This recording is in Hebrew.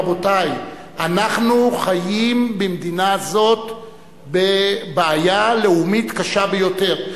רבותי: אנחנו חיים במדינה זו בבעיה לאומית קשה ביותר,